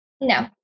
No